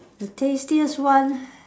the tastiest one